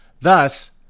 Thus